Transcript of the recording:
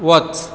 वच